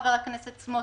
חבר הכנסת סמוטריץ',